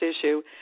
issue